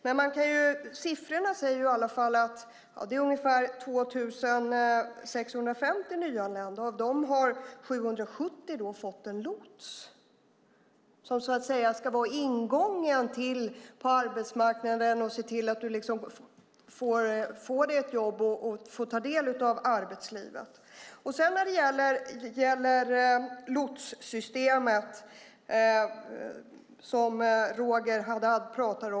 Men siffrorna säger att av ungefär 2 650 nyanlända har 770 personer fått en lots som så att säga ska vara ingången till arbetsmarknaden och som ska se till att man får ett jobb och får ta del av arbetslivet. Roger Haddad talade om lotssystemet.